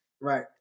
Right